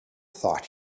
thought